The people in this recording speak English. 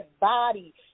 body